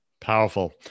Powerful